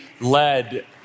led